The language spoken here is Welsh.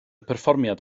perfformiad